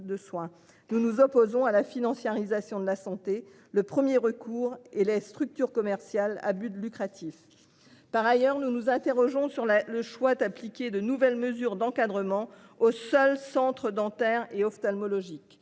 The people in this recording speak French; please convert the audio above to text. Nous nous opposons à la financiarisation de la santé le 1er recours et les structures commerciales, à but lucratif. Par ailleurs, nous nous interrogeons sur la le choix d'appliquer de nouvelles mesures d'encadrement aux seuls centres dentaires et ophtalmologiques